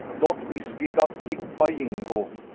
dot vhiskey gat kick, by yingo!